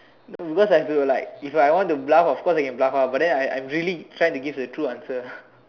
because I have to like if I want to bluff of course I can bluff ah but I'm really trying to give the true answer